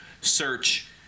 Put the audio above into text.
Search